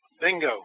bingo